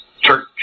Church